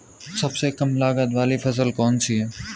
सबसे कम लागत वाली फसल कौन सी है?